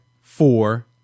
four